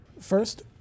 first